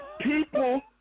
people